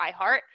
iHeart